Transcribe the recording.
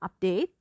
update